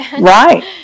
Right